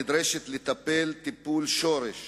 נדרשת לטפל טיפול שורש